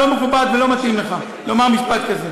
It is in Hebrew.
לא מכובד ולא מתאים לך לומר משפט כזה.